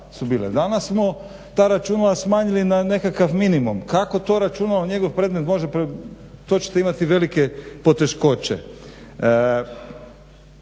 Danas smo ta računala smanjili na nekakav minimum. Kako to računalo njegov predmet može, to ćete imati velike poteškoće.